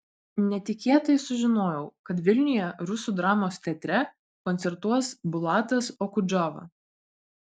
netikėtai sužinojau kad vilniuje rusų dramos teatre koncertuos bulatas okudžava